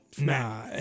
Nah